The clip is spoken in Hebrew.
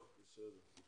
טוב, בסדר.